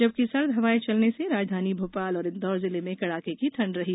जबकि सर्द हवाएं चलने से राजधानी भोपाल और इंदौर जिले में कड़ाके की ठंड रही